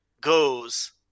goes